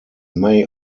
may